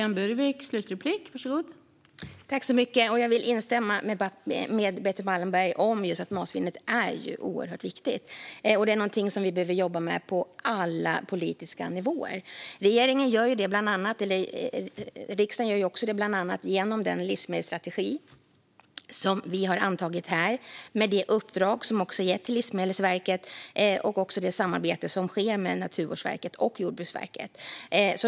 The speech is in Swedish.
Fru talman! Jag vill instämma med Betty Malmberg om att matsvinnet är oerhört viktigt. Det är någonting som vi behöver jobba med på alla politiska nivåer. Regeringen och riksdagen gör det bland annat genom den livsmedelsstrategi som vi har antagit här med det uppdrag som har getts till Livsmedelsverket och det samarbete som sker med Naturvårdsverket och Jordbruksverket.